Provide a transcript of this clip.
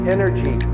energy